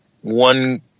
one